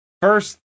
First